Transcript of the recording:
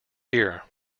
here